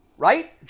Right